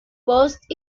post